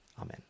Amen